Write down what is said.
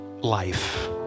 life